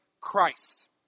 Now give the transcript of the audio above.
Christ